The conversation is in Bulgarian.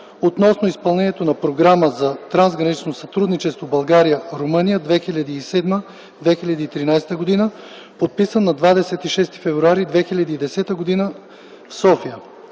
относно изпълнението на Програмата за трансгранично сътрудничество България – Румъния 2007-2013 г., подписан на 26 февруари 2010 г. в София